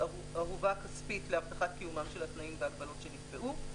ערובה כספית להבטחת קיום התנאים וההגבלות שנקבעו .